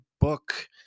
book